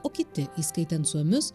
o kiti įskaitant suomius